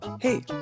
Hey